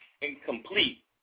incomplete